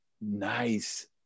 nice